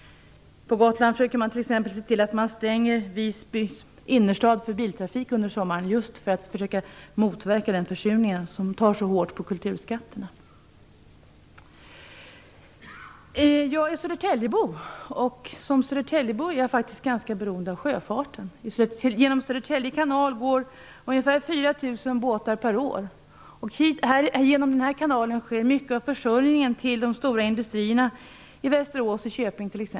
På Gotland stänger man t.ex. Visbys innerstad för biltrafik under sommaren för att försöka motverka den försurning som tär så hårt på kulturskatterna. Jag är Södertäljebo, och som sådan är jag faktiskt ganska beroende av sjöfarten. Genom Södertälje kanal går ungefär 4 000 båtar per år, och genom den kanalen sker mycket av försörjningen av de stora industrierna i t.ex. Västerås och Köping.